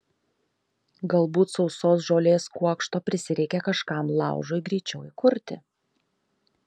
galbūt sausos žolės kuokšto prisireikė kažkam laužui greičiau įkurti